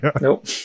Nope